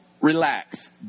relax